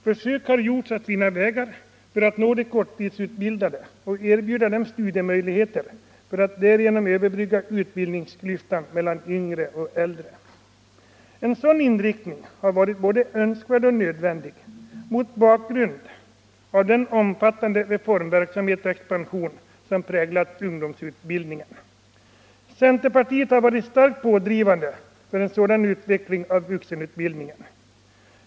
Försök har gjorts att finna vägar för att nå de korttidsutbildade och erbjuda dem studiemöjligheter i syfte att därigenom överbrygga utbildningsklyf Nr 83 tan mellan yngre och äldre. En sådan inriktning har varit både önskvärd Tisdagen den och nödvändig mot bakgrunden av den omfattande reformverksamhet 20 maj 1975 och expansion som präglat ungdomsutbildningen. Centerpartiet har varit Era starkt pådrivande när det gällt en sådan utveckling av vuxenutbildningen.